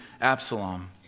Absalom